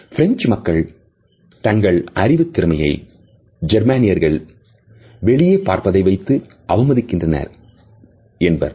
French மக்கள் தங்கள் அறிவு திறமையை ஜெர்மானியர்கள் வெளியே பார்ப்பதை வைத்து அவமதிக்கின்றனர் என்பர்